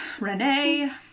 Renee